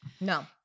No